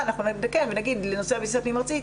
אנחנו נגיד שלנוסע בטיסה פנים ארצית,